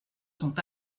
sont